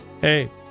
Hey